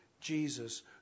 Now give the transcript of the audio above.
Jesus